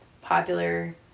popular